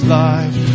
life